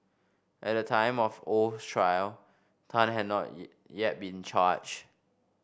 at the time of oh's trial Tan had not yet been charged